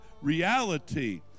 reality